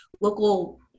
local